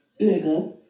nigga